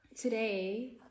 today